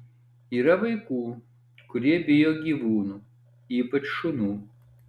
yra vaikų kurie bijo gyvūnų ypač šunų